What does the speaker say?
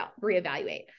reevaluate